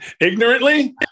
Ignorantly